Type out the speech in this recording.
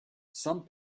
some